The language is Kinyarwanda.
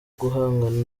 guhangana